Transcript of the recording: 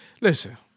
listen